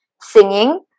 singing